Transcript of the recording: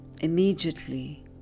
Immediately